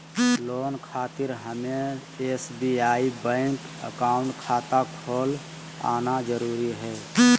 Loan खातिर हमें SBI bank account खाता खोल आना जरूरी है?